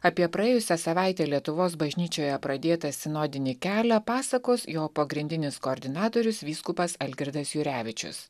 apie praėjusią savaitę lietuvos bažnyčioje pradėtą sinodinį kelią pasakos jo pagrindinis koordinatorius vyskupas algirdas jurevičius